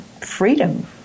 freedom